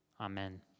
Amen